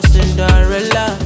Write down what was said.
Cinderella